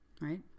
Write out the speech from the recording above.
right